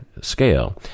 scale